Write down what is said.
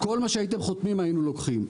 כל מה שהייתם חותמים היו לוקחים.